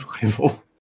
Survival